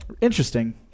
Interesting